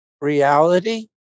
reality